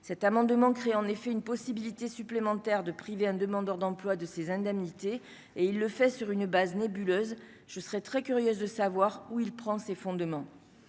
cet amendement crée en effet une possibilité supplémentaire de priver un demandeur d'emploi, de ses indemnités et il le fait sur une base nébuleuse, je serais très curieuse de savoir où il prend ses fondements,